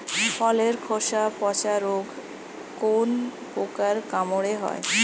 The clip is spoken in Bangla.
ফলের খোসা পচা রোগ কোন পোকার কামড়ে হয়?